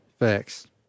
Facts